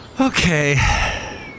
Okay